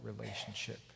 relationship